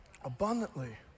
abundantly